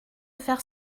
faire